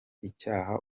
icyaha